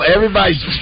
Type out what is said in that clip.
Everybody's